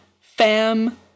fam